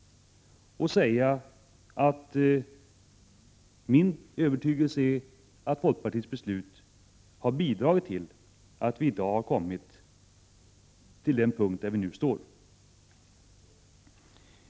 Det är min övertygelse att folkpartiets beslut har verkningsfullt bidragit till att vi i dag har kommit dit där vi nu står.